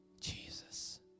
Jesus